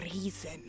reason